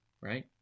right